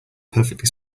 perfectly